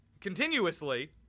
continuously